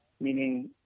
meaning